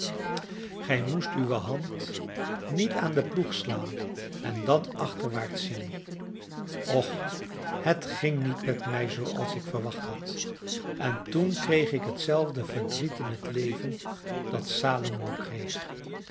gij moest uwe hand niet aan den ploeg slaan en dan achterwaarts zien och het ging niet met mij zooals ik verwacht had en toen kreeg ik hetzelfde verdriet in het leven dat salomo kreeg